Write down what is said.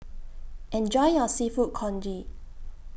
Enjoy your Seafood Congee